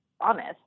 honest